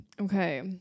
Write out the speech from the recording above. Okay